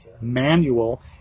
manual